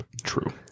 True